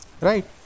Right